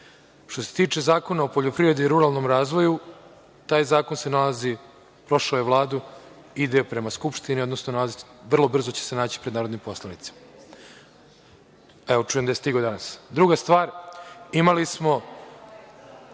se tiče Zakona o poljoprivredi i ruralnom razvoju, taj zakon se nalazi, prošao je Vladu, ide prema Skupštini, odnosno vrlo brzo će se naći pred narodnim poslanicima. Evo, čujem da je stigao danas. Druga stvar, imali smo